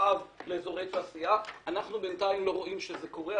אב לאזורי תעשייה אבל אנחנו בינתיים לא רואים שזה קורה.